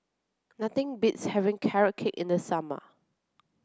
nothing beats having carrot cake in the summer